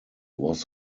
was